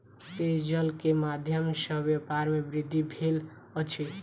पेयजल के माध्यम सॅ व्यापार में वृद्धि भेल अछि